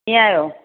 कीअं आहियो